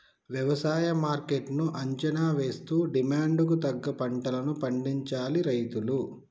వ్యవసాయ మార్కెట్ ను అంచనా వేస్తూ డిమాండ్ కు తగ్గ పంటలను పండించాలి రైతులు